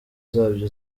zabyo